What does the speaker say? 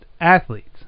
athletes